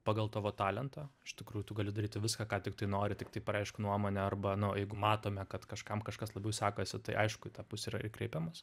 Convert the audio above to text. pagal tavo talentą iš tikrųjų tu gali daryti viską ką tiktai nori tiktai pareikšk nuomonę arba nu jeigu matome kad kažkam kažkas labiau sekasi tai aišku į tą pusę yra ir kreipiamas